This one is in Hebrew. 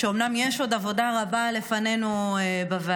ואומנם יש עוד עבודה רבה לפנינו בוועדה,